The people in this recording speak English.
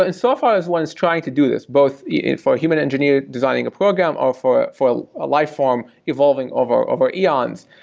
ah and so far as one's trying to do this both for human engineer designing a program ah for for a life form evolving over over eons.